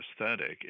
aesthetic